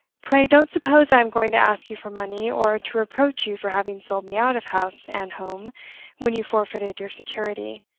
pray don't suppose i am going to ask you for money, or to reproach you for having sold me out of house and home when you forfeited your security,